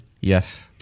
yes